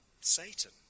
Satan